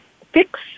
fix